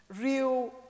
real